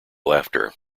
laughter